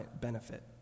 benefit